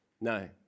No